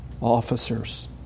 officers